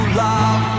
love